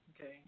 okay